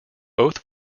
both